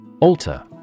Alter